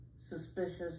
suspicious